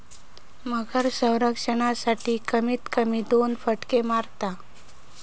मगर संरक्षणासाठी, कमीत कमी दोन फटके मारता